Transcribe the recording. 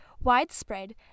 widespread